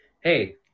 hey